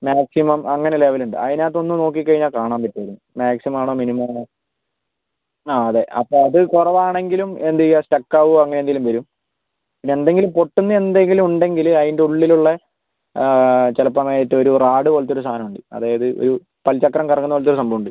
maximum അങ്ങനെ ലെവലുണ്ട് അയിനാത്തൂന്ന് നോക്കി കഴിഞ്ഞാൽ കാണാം പറ്റൂലോ മാക്സിമാണോ മിനിമാണോ ആ അതെ അപ്പോൾ അത് കുറവാണെങ്കിലും എന്ത് ചെയ്ക സ്റ്റക്ക് ആവുകോ അങ്ങനെന്തേലും വരും എന്തെങ്കിലും പൊട്ടുന്ന എന്തെങ്കിലും ഉണ്ടെങ്കിൽ അതിൻ്റെ ഉള്ളിലുള്ള എ ചിലപ്പോൾ അങ്ങനെ ഏറ്റു വരുകയൊ റാഡ് പോലത്തെ സാധനം ഉണ്ട് അതായത് ഒരു പൽ ചക്രം കറങ്ങുന്ന പോലത്തെ ഒരു സംഭവം ഉണ്ട്